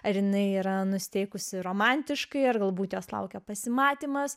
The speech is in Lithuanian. ar jinai yra nusiteikusi romantiškai ar galbūt jos laukia pasimatymas